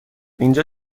اینجا